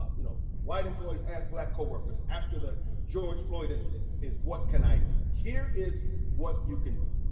um you know white employees asked black coworkers after the george floyd incident is what can i do? here is what you can do.